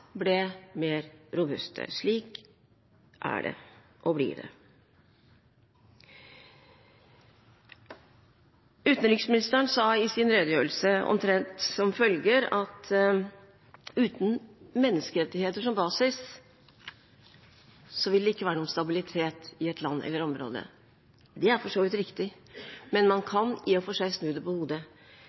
ble mer robuste. Slik er det – og blir det. Utenriksministeren sa i sin redegjørelse omtrent som følger: Uten menneskerettigheter som basis vil det ikke være noe stabilitet i et land eller område. Det er for så vidt riktig, men man kan i og for seg snu det på hodet,